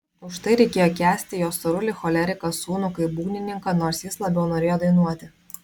už tai reikėjo kęsti jo storulį choleriką sūnų kaip būgnininką nors jis labiau norėjo dainuoti